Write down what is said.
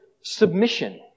submission